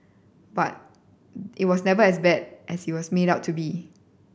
but it was never as bad as it was made out to be